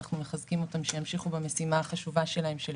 ואנו מחזקים אותם שימשיכו במשימה החשובה שלהם של